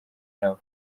nabo